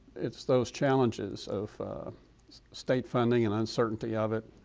it's those challenges of state funding and uncertainty of it,